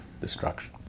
destruction